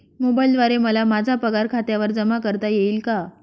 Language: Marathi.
मोबाईलद्वारे मला माझा पगार खात्यावर जमा करता येईल का?